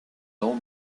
lent